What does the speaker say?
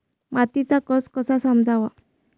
मातीचा कस कसा समजाव?